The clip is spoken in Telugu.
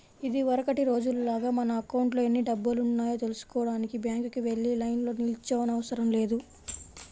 ఇదివరకటి రోజుల్లాగా మన అకౌంట్లో ఎన్ని డబ్బులున్నాయో తెల్సుకోడానికి బ్యాంకుకి వెళ్లి లైన్లో నిల్చోనవసరం లేదు